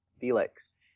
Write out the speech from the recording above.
Felix